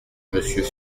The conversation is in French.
monsieur